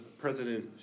president